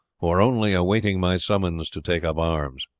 who are only awaiting my summons to take up arms.